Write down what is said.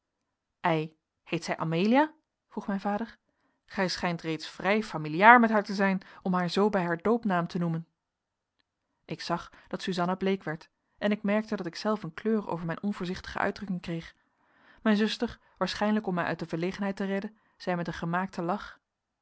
ei heet zij amelia vroeg mijn vader gij schijnt reeds vrij familiaar met haar te zijn om haar zoo bij haar doopnaam te noemen ik zag dat suzanna bleek werd en ik merkte dat ikzelf een kleur over mijn onvoorzichtige uitdrukking kreeg mijn zuster waarschijnlijk om mij uit de verlegenheid te redden zei met een gemaakten lach